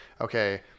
okay